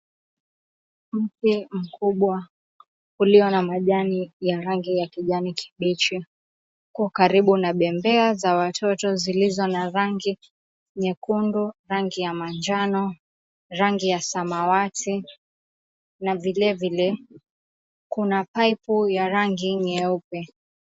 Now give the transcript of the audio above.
Mti mkubwa ulio na majani ya rangi ya kijani kibichi uko karibu na bembea za watoto zilizo na rangi nyekundu, rangi ya manjano, rangi ya samawati na vilevile kuna paipu ya rangi nyeupe.